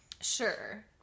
Sure